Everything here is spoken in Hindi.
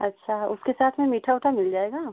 अच्छा उसके साथ में मीठा ऊठा मिल जाएगा